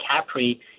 Capri